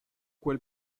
quel